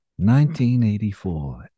1984